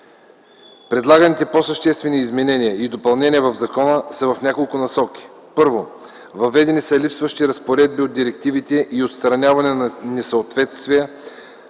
Предлаганите по съществени изменения и допълнения в закона са в няколко насоки: 1. Въведени са липсващи разпоредби от директивите и отстраняване на несъответствия,